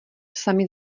sami